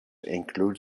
include